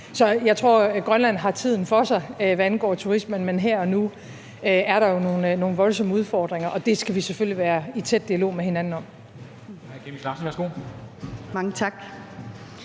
Så jeg tror, at Grønland har tiden for sig, hvad angår turismen, men her og nu er der jo nogle voldsomme udfordringer, og dem skal vi selvfølgelig være i en tæt dialog med hinanden om.